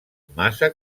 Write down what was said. massa